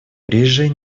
приезжай